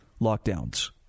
lockdowns